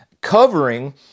covering